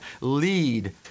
lead –